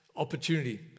opportunity